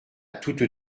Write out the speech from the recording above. toute